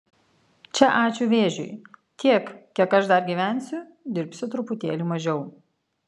čia ačiū vėžiui tiek kiek aš dar gyvensiu dirbsiu truputėlį mažiau